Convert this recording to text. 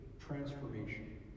transformation